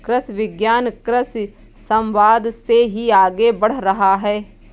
कृषि विज्ञान कृषि समवाद से ही आगे बढ़ रहा है